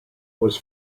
was